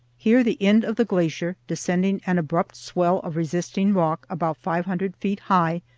here the end of the glacier, descending an abrupt swell of resisting rock about five hundred feet high,